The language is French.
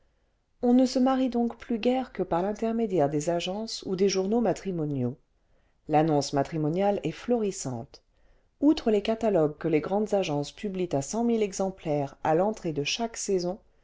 on ne se marie donc plus guère que par l'intermédiaire des agences ou des journaux matrimoniaux l'annonce matrimoniale est florissante outre les catalogues que les grandes agences publient à cent mille exemplaires à l'entrée de chaque saison